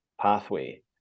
pathway